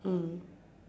mm